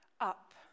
up